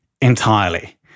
entirely